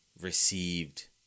received